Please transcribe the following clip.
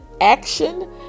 Action